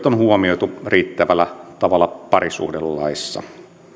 on huomioitu riittävällä tavalla parisuhdelaissa